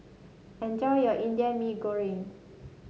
enjoy your Indian Mee Goreng